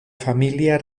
familia